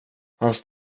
hans